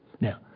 Now